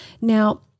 Now